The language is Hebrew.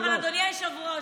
אדוני היושב-ראש,